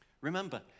Remember